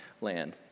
land